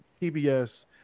PBS